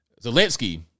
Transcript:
Zelensky